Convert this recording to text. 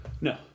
No